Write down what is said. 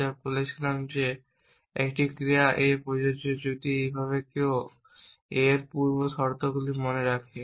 যা আমরা বলেছিলাম যে একটি ক্রিয়া A প্রযোজ্য যদি এইভাবে কেউ A এর পূর্ব শর্তগুলি মনে রাখে